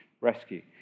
rescue